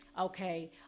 okay